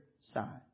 side